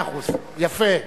יפה.